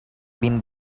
been